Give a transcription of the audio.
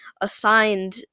assigned